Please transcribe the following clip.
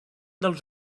dels